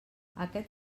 aquest